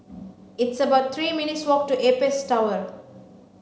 it's about three minutes' walk to Apex Tower